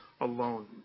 alone